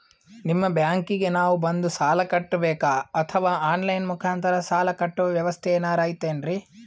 ನಿಮ್ಮ ಬ್ಯಾಂಕಿಗೆ ನಾವ ಬಂದು ಸಾಲ ಕಟ್ಟಬೇಕಾ ಅಥವಾ ಆನ್ ಲೈನ್ ಮುಖಾಂತರ ಸಾಲ ಕಟ್ಟುವ ವ್ಯೆವಸ್ಥೆ ಏನಾರ ಐತೇನ್ರಿ?